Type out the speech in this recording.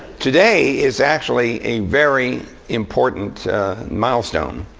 today is actually a very important milestone.